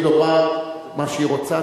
היא רשאית לומר מה שהיא רוצה,